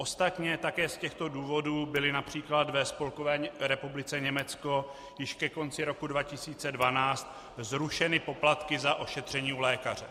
Ostatně také z těchto důvodů byly například ve Spolkové republice Německo již ke konci roku 2012 zrušeny poplatky za ošetření u lékaře.